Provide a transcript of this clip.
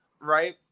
right